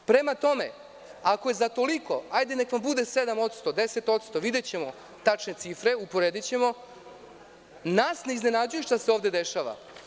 Prema tome, ako je za toliko, neka vam bude 7%, 10%, videćemo tačne cifre, uporedićemo, nas ne iznenađuje šta se ovde dešava.